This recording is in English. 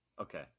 okay